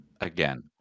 again